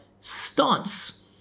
stance